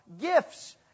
gifts